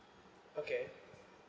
okay